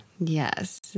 Yes